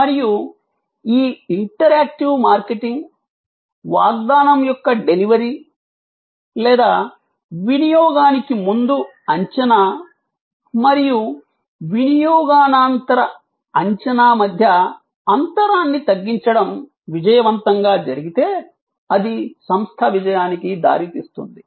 మరియు ఈ interactive marketing వాగ్దానం యొక్క డెలివరీ లేదా వినియోగానికి ముందు అంచనా మరియు వినియోగానంతర అంచనా మధ్య అంతరాన్ని తగ్గించడం విజయవంతంగా జరిగితే అది సంస్థ విజయానికి దారితీస్తుంది